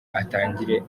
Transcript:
atangire